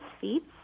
seats